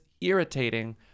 irritating